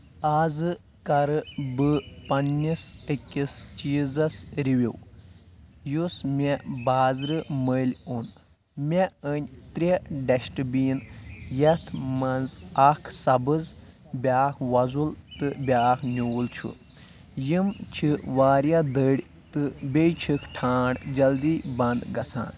آزٕ کرٕ بہٕ پننِس أکِس چیٖزَس رِویو یُس مےٚ بازرٕ مٔلۍ اوٚن مےٚ أنۍ ترٛےٚ ڈسٹ بیٖن یتھ منٛز اکھ سبٕز بیاکھ وۄزُل تہٕ بیٛاکھ نیوٗل چھُ یِم چھِ واریاہ دٔرۍ تہٕ بیٚیہِ چھِکھ ٹھانڈ جلدی بنٛد گژھان